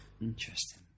Interesting